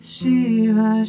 Shiva